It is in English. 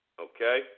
Okay